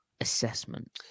assessment